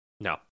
No